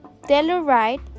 Telluride